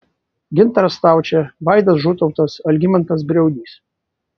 gintaras staučė vaidas žutautas algimantas briaunys